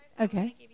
Okay